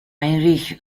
heinrich